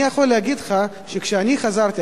אני יכול להגיד לך שכשאני חזרתי,